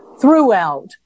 throughout